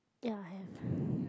ya have